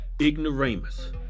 ignoramus